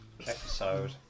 ...episode